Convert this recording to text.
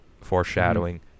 foreshadowing